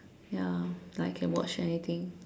ya like I can watch anything